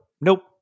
nope